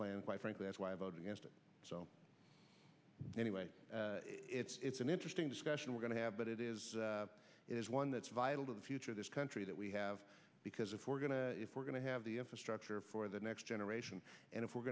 plan quite frankly that's why i voted against it so anyway it's an interesting discussion we're going to have but it is it is one that is vital to the future of this country that we have because if we're going to if we're going to have the infrastructure for the next generation and if we're